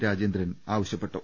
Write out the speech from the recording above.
രാജേന്ദ്രൻ ആവശ്യപ്പെട്ടു